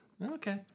Okay